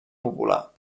popular